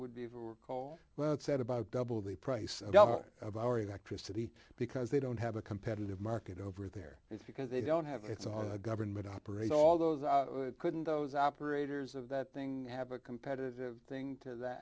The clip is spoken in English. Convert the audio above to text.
would be for coal well said about double the price of our electricity because they don't have a competitive market over there it's because they don't have it's own government operate all those couldn't those operators of that thing have a competitive thing t